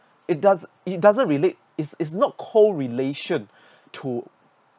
it does it doesn't relate is is not co-relation to